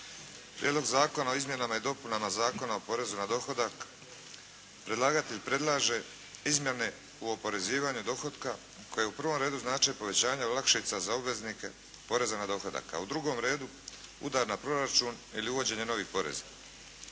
Prijedlog Zakona o izmjenama i dopunama Zakona o porezu na dohodak predlagatelj predlaže izmjene u oporezivanju dohotka koji u prvom redu znače povećanje olakšica za obveznike poreza na dohodak. A u drugom redu udar na proračun ili uvođenje novih poreza.